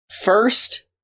first